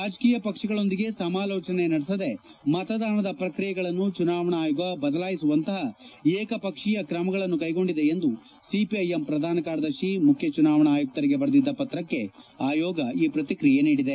ರಾಜಕೀಯ ಪಕ್ಷಗಳೊಂದಿಗೆ ಸಮಾಲೋಚನೆ ನಡೆಸದೆ ಮತದಾನದ ಪ್ರಕ್ರಿಯೆಗಳನ್ನು ಚುನಾವಣಾ ಆಯೋಗ ಬದಲಾಯಿಸುವಂತಹ ಏಕಪಕ್ಷೀಯ ಕ್ರಮಗಳನ್ನು ಕೈಗೊಂಡಿದೆ ಎಂದು ಸಿಪಿಐಎಂ ಪ್ರಧಾನ ಕಾರ್ಯದರ್ತಿ ಮುಖ್ಯ ಚುನಾವಣಾ ಆಯುಕ್ತರಿಗೆ ಬರೆದಿದ್ದ ಪತ್ರಕ್ಕೆ ಆಯೋಗ ಈ ಪ್ರತಿಕ್ರಿಯೆ ನೀಡಿದೆ